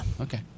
Okay